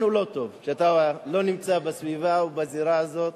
לנו לא טוב כשאתה לא נמצא בסביבה ובזירה הזאת.